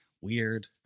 weird